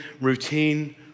routine